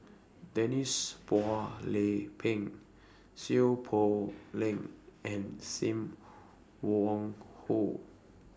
Denise Phua Lay Peng Seow Poh Leng and SIM Wong Hoo